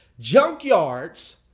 junkyards